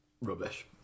Rubbish